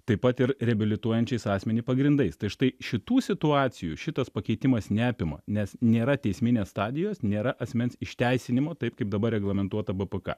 taip pat ir reabilituojančiais asmenį pagrindais tai štai šitų situacijų šitas pakeitimas neapima nes nėra teisminės stadijos nėra asmens išteisinimo taip kaip dabar reglamentuota bpk